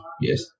yes